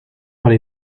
para